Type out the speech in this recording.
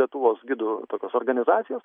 lietuvos gidų tokios organizacijos